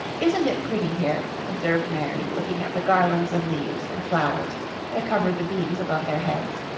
isn't it pretty here? observed mary, looking at the garlands of leaves and flowers that covered the beams above their heads.